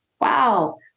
wow